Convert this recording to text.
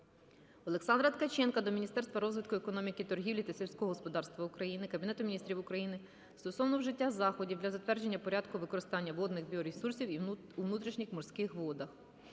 Олександра Ткаченка до Міністерства розвитку економіки, торгівлі та сільського господарства України, Кабінету Міністрів України стосовно вжиття заходів для затвердження порядку використання водних біоресурсів у внутрішніх морських водах.